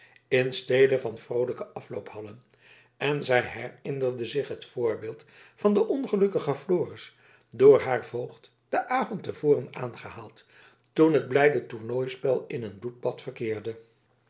in stede van een vroolijken afloop hadden en zij herinnerde zich het voorbeeld van den ongelukkigen floris door haar voogd den avond te voren aangehaald toen het blijde tornooispel in een bloedbad verkeerde